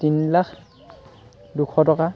তিনি লাখ দুশ টকা